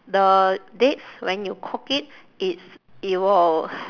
the dates when you cook it it's it will